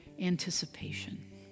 anticipation